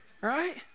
Right